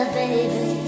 baby